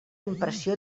impressió